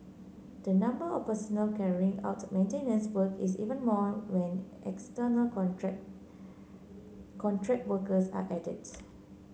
the number of personnel carrying out maintenance work is even more when external contract contract workers are added